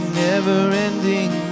never-ending